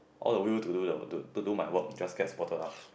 all the will to do the to do my work just gets bottled up